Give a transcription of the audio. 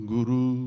Guru